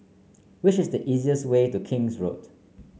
wish the easiest way to King's Road